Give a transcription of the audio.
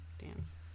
dance